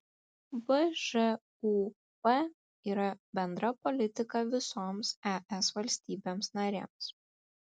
bžūp yra bendra politika visoms es valstybėms narėms